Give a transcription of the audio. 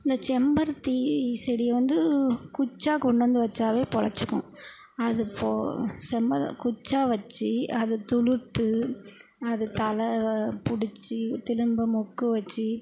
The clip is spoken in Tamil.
அந்த செம்பருத்தி செடியை வந்து குச்சா கொண்டு வந்து வச்சாவே பொழச்சிக்கும் அது போ செம்பரு குச்சா வச்சு அது துளுத்து அது தலை வ பிடிச்சு திரும்ப முக்கு வச்சு